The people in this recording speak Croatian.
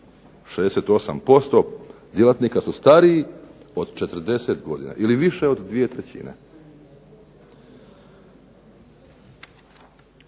68% djelatnika su stariji od 40 godina ili više od dvije trećine.